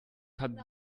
hat